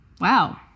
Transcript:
Wow